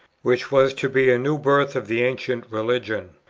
which was to be a new birth of the ancient religion.